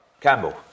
Campbell